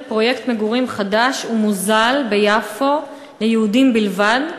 פרויקט מגורים חדש ומוזל ביפו ליהודים בלבד,